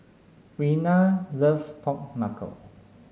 Rena loves Pork Knuckle